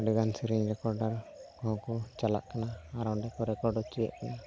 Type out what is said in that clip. ᱟᱹᱰᱤᱜᱟᱱ ᱥᱮᱨᱮᱧ ᱨᱮᱠᱚᱨᱰᱟᱨ ᱠᱚᱦᱚᱸ ᱠᱚ ᱪᱟᱞᱟᱜ ᱠᱟᱱᱟ ᱟᱨ ᱚᱸᱰᱮ ᱠᱚ ᱨᱮᱠᱚᱨᱰ ᱦᱚᱪᱚᱭᱮᱜ ᱠᱚᱣᱟ